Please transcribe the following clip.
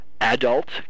adult